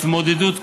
התמודדות קשה,